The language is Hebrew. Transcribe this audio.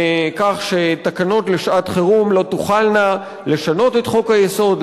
כך שתקנות לשעת-חירום לא תוכלנה לשנות את חוק-היסוד,